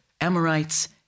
Amorites